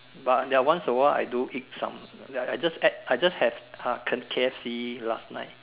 but ya once awhile I do eat some I just had I just have Kent K_F_C last night